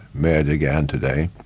meir dagan today